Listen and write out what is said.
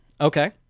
Okay